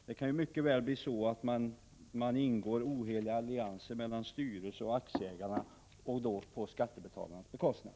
Det kan ju mycket väl bli så, att styrelse och aktieägare ingår oheliga allianser — på skattebetalarnas bekostnad.